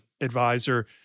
advisor